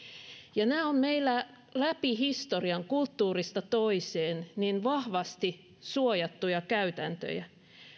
nämä ovat meillä läpi historian kulttuurista toiseen vahvasti suojattuja käytäntöjä